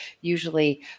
usually